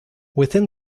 within